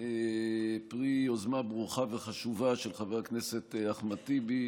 פרי יוזמה ברוכה וחשובה של חבר הכנסת אחמד טיבי,